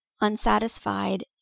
unsatisfied